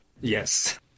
yes